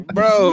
Bro